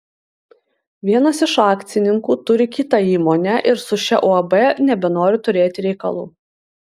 vienas iš akcininkų turi kitą įmonę ir su šia uab nebenori turėti reikalų